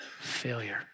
failure